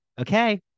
Okay